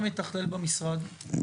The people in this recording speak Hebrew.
מי הגורם המתכלל במשרד?